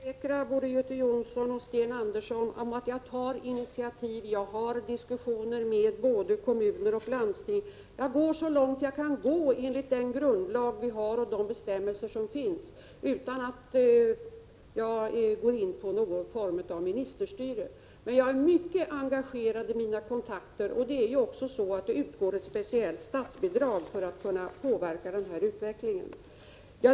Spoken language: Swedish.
Herr talman! Jag kan försäkra både Göte Jonsson och Sten Andersson i Malmö att jag tar initiativ. Jag för diskussioner med både kommuner och landsting, och jag går så långt jag kan gå enligt den grundlag vi har och de bestämmelser som gäller utan att gå in på någon form av ministerstyre. Jag är mycket engagerad i mina kontakter. Det utgår också ett speciellt statsbidrag för att ge möjlighet att påverka utvecklingen.